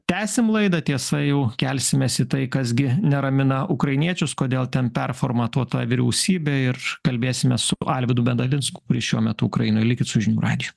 tęsim laidą tiesa jau kelsimės į tai kas gi neramina ukrainiečius kodėl ten performatuota vyriausybė ir kalbėsimės su alvydu medalinsku kuris šiuo metu ukrainoj likit su žinių radiju